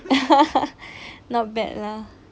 not bad lah